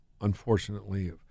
unfortunately